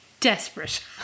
Desperate